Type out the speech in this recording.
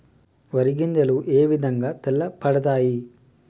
వరి గింజలు ఏ విధంగా తెల్ల పడతాయి?